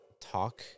talk